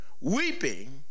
Weeping